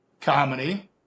Comedy